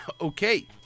okay